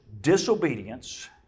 disobedience